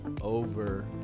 over